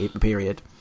period